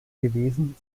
gewesen